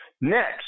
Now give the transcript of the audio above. Next